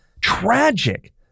tragic